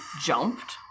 jumped